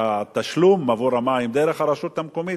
והתשלום עבור המים היה דרך הרשות המקומית,